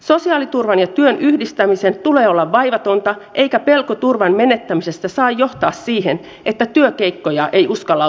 sosiaaliturvan ja työn yhdistämisen tulee olla vaivatonta eikä pelko turvan menettämisestä saa johtaa siihen että työkeikkoja ei uskalla ottaa vastaan